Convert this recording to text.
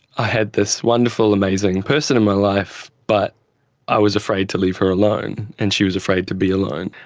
i had this wonderful amazing person in my life but i was afraid to leave her alone and she was afraid to be alone.